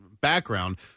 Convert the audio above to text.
background